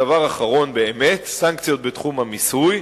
דבר אחרון באמת, סנקציות בתחום המיסוי: